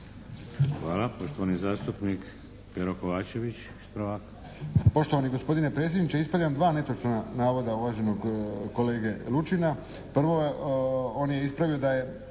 Hvala. Poštovani zastupnik Pero Kovačević,